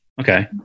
Okay